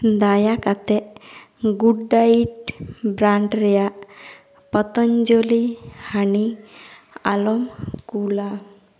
ᱫᱟᱭᱟ ᱠᱟᱛᱮᱫ Goodknight brand ᱨᱮᱭᱟᱜ ᱯᱚᱛᱚᱧᱡᱚᱞᱤ ᱦᱟᱱᱤ ᱟᱞᱚᱢ ᱠᱩᱞᱟ